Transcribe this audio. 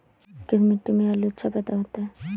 किस मिट्टी में आलू अच्छा पैदा होता है?